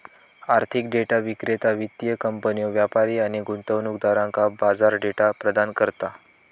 आर्थिक डेटा विक्रेता वित्तीय कंपन्यो, व्यापारी आणि गुंतवणूकदारांका बाजार डेटा प्रदान करता